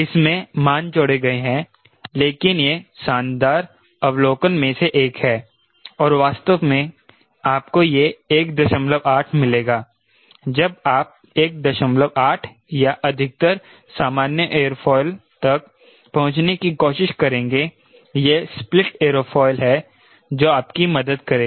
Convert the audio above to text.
इसमें मान जोड़े गए हैं लेकिन यह शानदार अवलोकन में से एक है और वास्तव में आपको यह 18 मिलेगा जब आप 18 या अधिकतर सामान्य एयरोफॉयल तक पहुंचने की कोशिश करेंगे यह स्प्लिट एयरोफॉयल है जो आपकी मदद करेगा